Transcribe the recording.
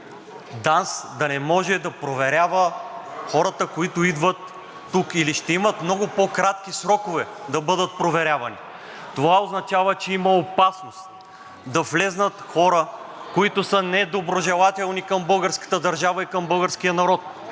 ДАНС да не може да проверява хората, които идват тук, или ще имат много по-кратки срокове да бъдат проверявани. Това означава, че има опасност да влязат хора, които са недоброжелателни към българската държава и към българския народ.